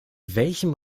welchem